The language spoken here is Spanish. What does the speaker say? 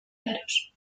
claros